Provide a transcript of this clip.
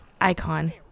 icon